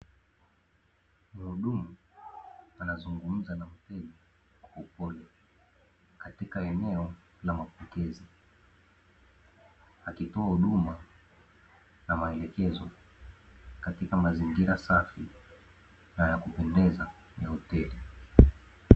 Muhudumu anazungumza na mteja katika eneo la mapokezi, akitoa huduma na maelekezo katika mazingira safi na ya kupendeza ya hoteli.